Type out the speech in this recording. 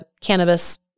cannabis